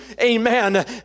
amen